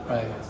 Right